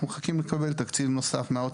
אנחנו מחכים לקבל תקציב נוסף מהאוצר.